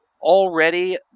already